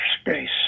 space